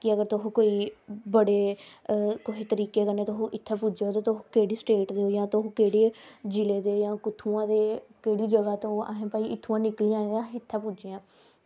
की अगर तुस बड़े तरीके कन्नै अगर इत्थें पुज्जे ते तुस केह्ड़ी स्टेट दे कुस जिले दे ते कुत्थुआं दे ओह् ते केह्ड़ी जगह दे भई अस इत्थां निकले ते भई अस इत्थें पुज्जे आं